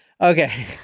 Okay